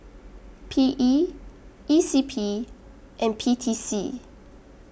P E E C P and P T C